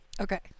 Okay